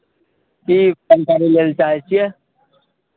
की जानकारी लै लेल चाहै छियै